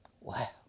Wow